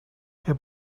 què